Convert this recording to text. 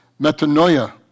metanoia